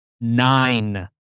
nine